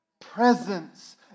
presence